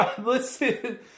listen